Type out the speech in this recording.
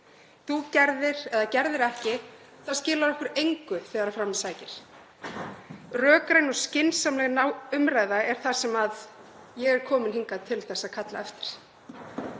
Þú gerðir eða gerðir ekki, skilar okkur engu þegar fram í sækir. Rökræn og skynsamleg umræða er það sem ég er komin hingað til að kalla eftir.